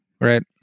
right